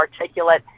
articulate